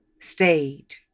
stayed